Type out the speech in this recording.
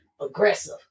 aggressive